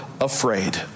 afraid